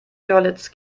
görlitz